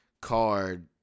card